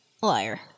liar